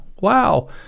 Wow